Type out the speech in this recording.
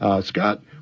Scott